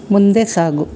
ಮುಂದೆ ಸಾಗು